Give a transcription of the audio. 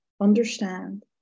understand